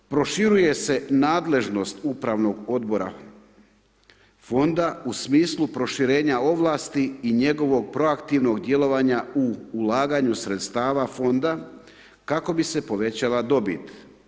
Proširuje se nadležnost upravnog odbora fonda u smislu proširenja ovlasti i njegovog proaktivnog djelovanja u ulaganju sredstava fonda kako bi se povećala dobit.